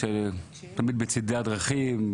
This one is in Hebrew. תמיד בצידי הדרכים,